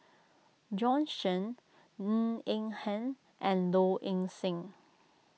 Bjorn Shen Ng Eng Hen and Low Ing Sing